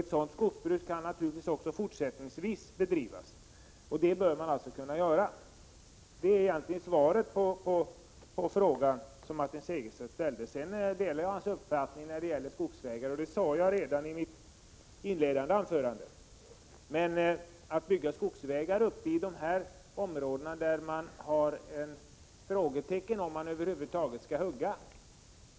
Ett sådant skogsbruk bör man naturligtvis också fortsättningsvis kunna bedriva. Det är egentligen svaret på Martin Segerstedts fråga. Jag delar emellertid Martin Segerstedts uppfattning när det gäller skogsbilvägarna. Det sade jag redan i mitt inledande anförande. Men man bör inte bygga sådana vägar uppe i områden där man sätter ett frågetecken för om man över huvud taget skall hugga.